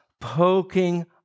poking